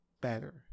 better